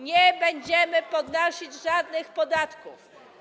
Nie będziemy podnosić żadnych podatków.